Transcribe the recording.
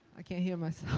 i can't hear myself.